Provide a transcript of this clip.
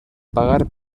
pagar